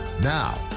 Now